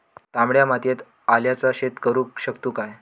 तामड्या मातयेत आल्याचा शेत करु शकतू काय?